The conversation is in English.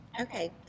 Okay